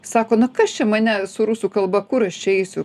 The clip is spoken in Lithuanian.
sako na kas čia mane su rusų kalba kur aš čia eisiu